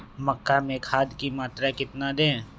मक्का में खाद की मात्रा कितना दे?